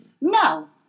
No